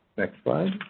next slide.